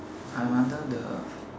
I one time the